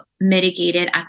mitigated